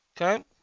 Okay